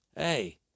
Hey